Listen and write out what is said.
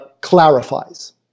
clarifies